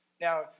Now